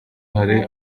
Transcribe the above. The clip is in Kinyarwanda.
hari